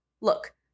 look